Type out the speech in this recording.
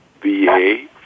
VA